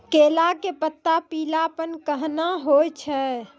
केला के पत्ता पीलापन कहना हो छै?